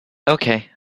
okay